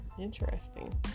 Interesting